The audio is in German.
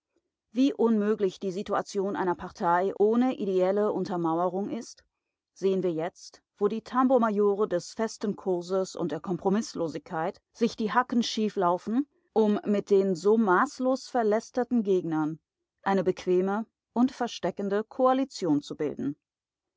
wie unmöglich die situation einer partei ohne ideelle untermauerung ist sehen wir jetzt wo die tambourmajore des festen kurses und der kompromißlosigkeit sich die hacken schief laufen um mit den so maßlos verlästerten gegnern eine bequeme und versteckende koalition zu bilden